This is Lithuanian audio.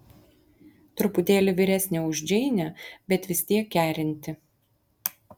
truputėlį vyresnė už džeinę bet vis tiek kerinti